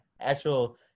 actual